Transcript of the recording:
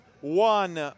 one